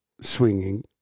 Swinging